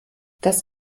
das